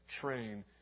train